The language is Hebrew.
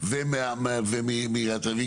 מאיזה תוקף היא מסרה את זה לעיריית תל אביב?